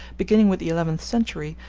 beginning with the eleventh century,